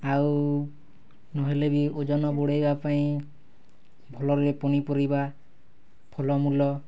ଆଉ ନହେଲେ ବି ଓଜନ ବଢ଼େଇବା ପାଇଁ ଭଲରେ ପନିପରିବା ଫଳ ମୂଳ